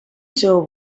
sou